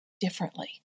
differently